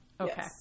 Okay